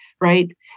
right